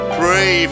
pray